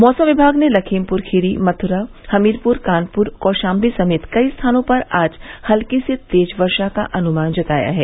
मौसम विभाग ने लखीमपुर खीरी मथुरा हमीरपुर कानपुर कौशाम्बी समेत कई स्थानों पर आज हल्की से तेज वर्षा का अनुमान जताया है